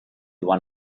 one